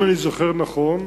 אם אני זוכר נכון,